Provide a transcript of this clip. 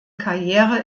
karriere